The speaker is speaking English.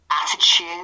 attitude